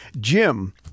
Jim